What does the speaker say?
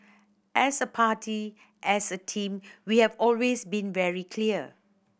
as a party as a team we have always been very clear